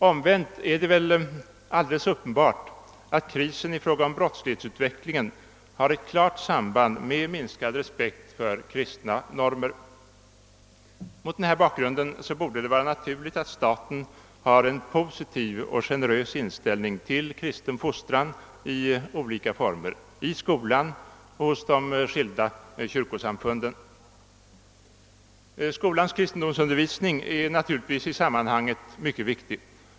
Omvänt är det väl alldeles uppenbart att krisen i fråga om brottslighetsutvecklingen har ett klart samband med minskad respekt för kristna normer. Mot denna bakgrund borde det vara naturligt att staten har en positiv och generös inställning till kristen fostran i olika former, i skolan och hos de skilda kyrkosamfunden. Skolans kristendomsundervisning är naturligtvis i sammanhanget mycket viktig.